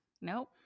Nope